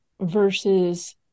versus